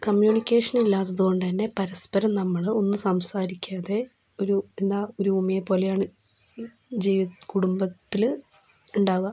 communication ഇല്ലാത്തതുകൊണ്ടുതന്നെ പരസ്പരം നമ്മൾ ഒന്നും സംസാരിക്കാതെ ഒരു എന്താ ഒരു ഊമയെ പോലെയാണ് കുടുംബത്തിൽ ഉണ്ടാവുക